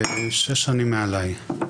שש שנים מעליי.